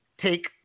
take